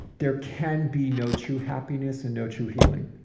there can be no true happiness and no true healing.